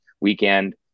weekend